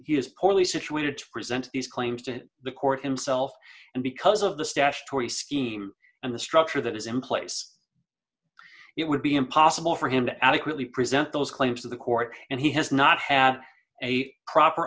he is poorly situated to present these claims to the court himself and because of the statutory scheme and the structure that is in place it would be impossible for him to adequately present those claims to the court and he has not had a proper